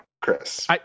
Chris